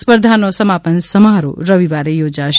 સ્પર્ધાનો સમાપન સમારોહ રવિવારે યોજાશે